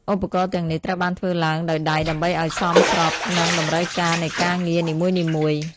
ឧបករណ៍ទាំងនេះត្រូវបានធ្វើឡើងដោយដៃដើម្បីឱ្យសមស្របនឹងតម្រូវការនៃការងារនីមួយៗ។